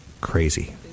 crazy